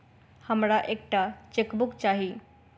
हमरा एक टा चेकबुक चाहि